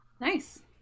Nice